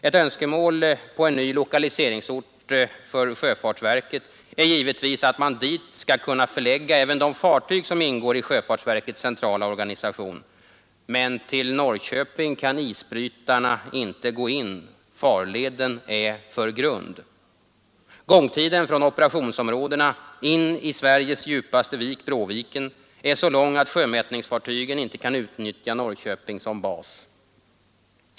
Ett önskemål på en ny lokaliseringsort för sjöfartsverket är givetvis då att man dit skall kunna förlägga även de fartyg som ingår i sjöfartsverkets centrala organisation. Men till Norrköping kan inte isbrytarna gå in. Farleden är för grund. Gångtiden från operationsområdena in i Sveriges djupaste vik, Bråviken, är så lång att sjömätningsfartygen inte kan utnyttja Norrköping som bas.